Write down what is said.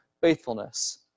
faithfulness